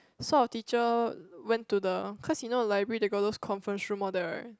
so our teacher went to the cause you know the library they got those conference room all that right